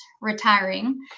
retiring